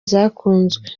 zakunzwe